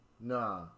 Nah